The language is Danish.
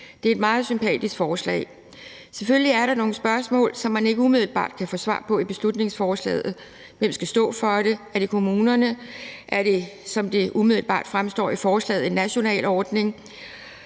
Det er et meget sympatisk forslag. Selvfølgelig er der nogle spørgsmål, som man ikke umiddelbart kan få svar på i beslutningsforslaget: Hvem skal stå for det? Er det kommunerne? Er det, som det umiddelbart fremstår i forslaget, en national ordning?